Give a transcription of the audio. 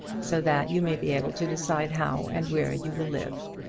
so that you may be able to decide how and where you will live.